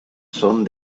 son